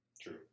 True